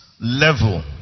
level